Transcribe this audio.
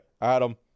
Adam